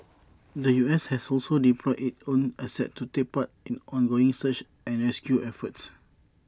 the U S has also deployed its own assets to take part in ongoing search and rescue efforts